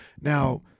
Now